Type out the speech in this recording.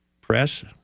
Press